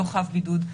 מי לא חב בידוד,